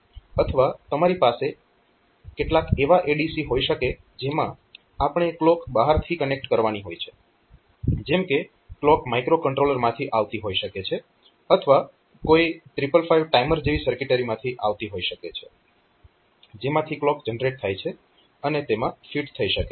અથવા તમારી પાસે કેટલાક એવા ADC હોઈ શકે જેમાં આપણે ક્લોક બહારથી કનેક્ટ કરવાની હોય છે જેમ કે ક્લોક માઇક્રોકન્ટ્રોલરમાંથી આવતી હોઈ શકે છે અથવા કોઈ 555 ટાઈમર જેવી સર્કિટરીમાંથી આવતી હોઈ શકે છે જેમાંથી ક્લોક જનરેટ થાય છે અને તેમાં ફિટ થઈ શકે છે